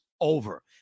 over